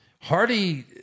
Hardy